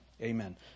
amen